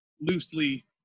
loosely